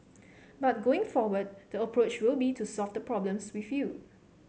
but going forward the approach will be to solve the problems with you